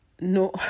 No